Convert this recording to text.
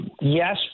yes